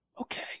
Okay